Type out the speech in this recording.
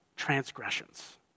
transgressions